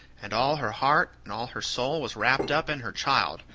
and all her heart and all her soul was wrapped up in her child,